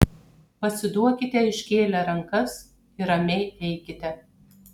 pasiduokite iškėlę rankas ir ramiai eikite